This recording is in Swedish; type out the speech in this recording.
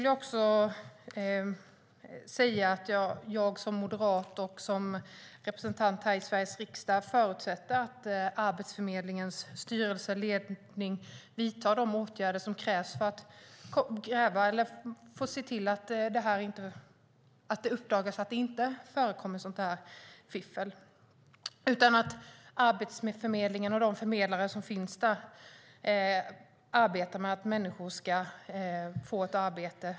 Jag som moderat och representant i Sveriges riksdag förutsätter att Arbetsförmedlingens styrelse och ledning vidtar de åtgärder som krävs för att se till att det uppdagas att fiffel inte förekommer utan att Arbetsförmedlingen och dess förmedlare arbetar med att människor ska få ett arbete.